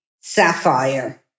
sapphire